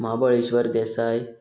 Mahabaleshwar Desai